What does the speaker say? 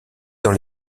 dans